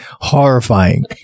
horrifying